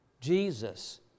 Jesus